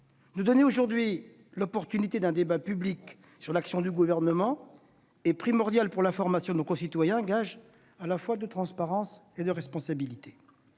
Nous donner, ce soir, l'opportunité d'un débat public sur l'action du Gouvernement est primordial pour l'information de nos concitoyens, gage de transparence et de responsabilité.